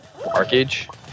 Arcage